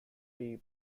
dee